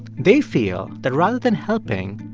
they feel that rather than helping,